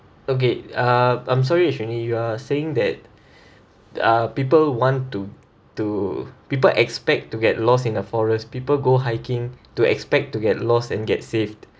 okay uh I'm sorry if you need you are saying that uh people want to to people expect to get lost in the forest people go hiking to expect to get lost and get saved